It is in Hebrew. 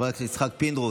חברת יצחק פינדרוס,